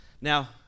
Now